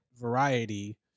Variety